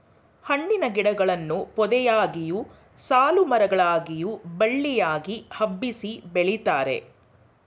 ಹಣ್ಣಿನ ಗಿಡಗಳನ್ನು ಪೊದೆಯಾಗಿಯು, ಸಾಲುಮರ ಗಳಲ್ಲಿಯೂ ಬಳ್ಳಿಯಾಗಿ ಹಬ್ಬಿಸಿ ಬೆಳಿತಾರೆ